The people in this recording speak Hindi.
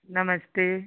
नमस्ते